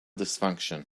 dysfunction